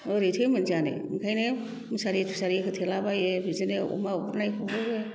बोरैथो मोनजानो बेखायनो मुसारि थुसारि होथेला बायो बिदिनो अमा उरनायखौबो